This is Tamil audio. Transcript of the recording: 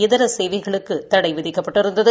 இதர சேவைகளுக்கு தடை விதிக்கப்பட்டிருந்தது